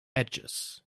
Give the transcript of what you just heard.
edges